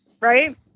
Right